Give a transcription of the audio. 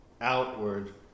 Outward